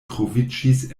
troviĝis